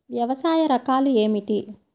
వ్యవసాయ రకాలు ఏమిటి?